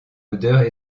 odeurs